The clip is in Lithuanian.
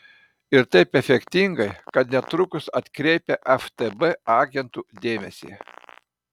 ir taip efektingai kad netrukus atkreipia ftb agentų dėmesį